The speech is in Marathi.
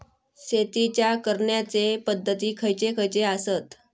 शेतीच्या करण्याचे पध्दती खैचे खैचे आसत?